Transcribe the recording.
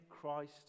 Christ